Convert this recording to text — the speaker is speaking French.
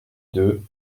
deux